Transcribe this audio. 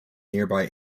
nearby